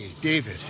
David